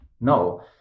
no